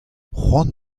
cʼhoant